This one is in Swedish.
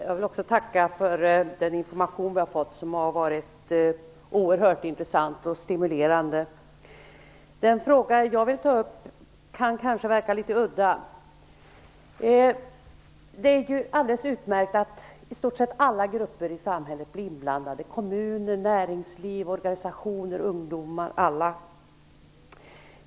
Fru talman! Jag vill tacka för den information vi har fått. Den har varit oerhört intressant och stimulerande. Den fråga som jag vill ta upp kan kanske verka något udda. Det är alldeles utmärkt att alla grupper i samhället blir inblandade: kommuner, näringsliv, organisationer, ungdomar - alla.